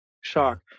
shock